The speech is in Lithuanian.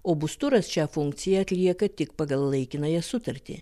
o bus turas šią funkciją atlieka tik pagal laikinąją sutartį